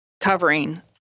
covering